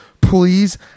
please